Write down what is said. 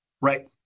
Right